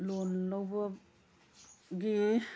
ꯂꯣꯟ ꯂꯧꯕꯒꯤ